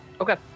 Okay